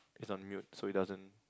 it's on mute so it doesn't